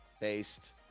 based